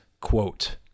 quote